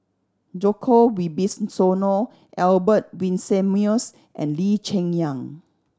Djoko Wibisono Albert Winsemius and Lee Cheng Yan